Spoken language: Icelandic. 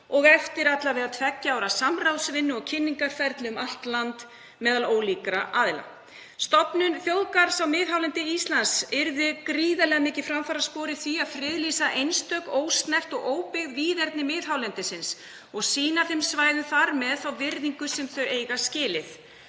og eftir alla vega tveggja ára samráðsvinnu og kynningarferli um allt land meðal ólíkra aðila. Stofnun þjóðgarðs á miðhálendi Íslands yrði gríðarlega mikið framfaraspor í því að friðlýsa einstök ósnert og óbyggð víðerni miðhálendisins og sýna þeim svæðum þar með þá virðingu sem þau eiga skilið.